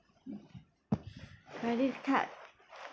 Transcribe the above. mm credit card